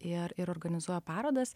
ir ir organizuoja parodas